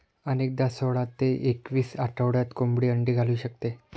अनेकदा सोळा ते एकवीस आठवड्यात कोंबडी अंडी घालू शकते